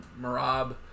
Marab